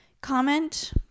comment